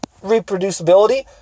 reproducibility